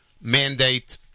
mandate